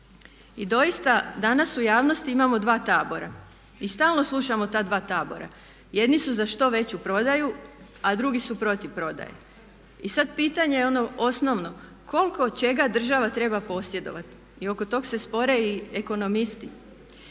i stalno slušamo ta dva tabora. I stalno slušamo ta dva tabora. Jedni su za što veću prodaju, a drugi su protiv prodaje. I sad pitanje je ono osnovno koliko čega država treba posjedovati i oko tog se spore i ekonomisti.